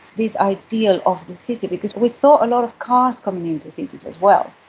this ideal of the city, because we saw a lot of cars coming into cities as well.